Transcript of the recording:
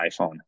iPhone